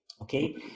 okay